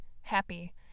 Happy